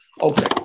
Okay